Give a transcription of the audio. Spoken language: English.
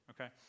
okay